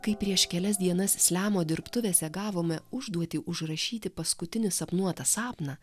kai prieš kelias dienas slemo dirbtuvėse gavome užduotį užrašyti paskutinį sapnuotą sapną